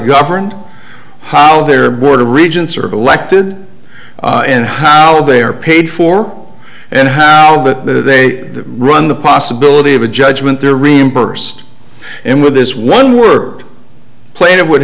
governed how their board of regents are of elected and how they are paid for and how they run the possibility of a judgment there reimbursed and with this one word play it would